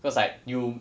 cause like you